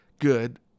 good